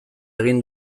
egin